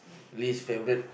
least favourite